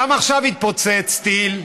גם עכשיו התפוצץ טיל,